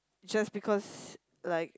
just because like